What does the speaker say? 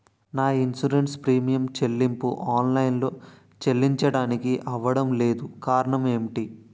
నా insurance premium చెల్లింపు online లో చెల్లించడానికి అవ్వడం లేదు కారణం ఏమిటి?